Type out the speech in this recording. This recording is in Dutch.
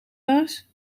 baas